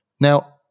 Now